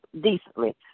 decently